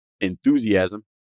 enthusiasm